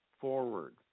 forward